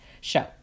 show